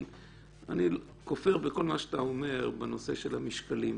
אני כופר בכל מה שאתה אומר בנושא של המשקלים.